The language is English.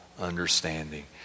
understanding